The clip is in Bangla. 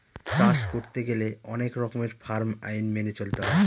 চাষ করতে গেলে অনেক রকমের ফার্ম আইন মেনে চলতে হয়